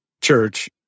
church